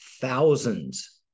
thousands